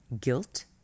guilt